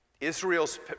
Israel's